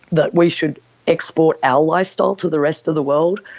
that we should export our lifestyle to the rest of the world,